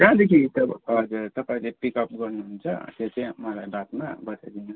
कहाँदेखि चाहिँ हजुर तपाईँले पिकअप गर्नुहुन्छ त्यो चाहिँ मलाई बादमा बताइदिनुहोस् न